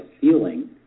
feeling